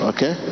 Okay